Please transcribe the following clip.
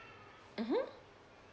mmhmm